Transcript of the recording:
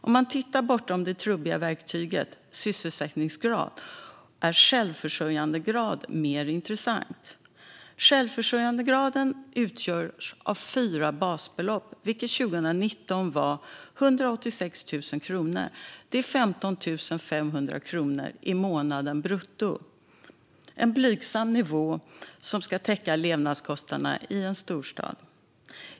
Om man tittar bortom det trubbiga verktyget sysselsättningsgrad är självförsörjandegraden mer intressant. Självförsörjandegraden utgörs av fyra basbelopp, vilket 2019 var 186 000 kronor. Det är 15 500 kronor i månaden brutto - en blygsam nivå som ska täcka levnadskostnaderna i en storstad.